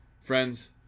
Friends